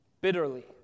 bitterly